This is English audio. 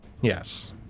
Yes